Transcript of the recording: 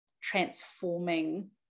transforming